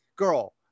Girl